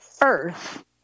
earth